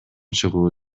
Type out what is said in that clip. чыгуу